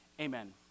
amen